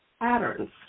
patterns